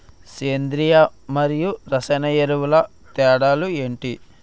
సేంద్రీయ మరియు రసాయన ఎరువుల తేడా లు ఏంటి?